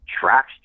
tracks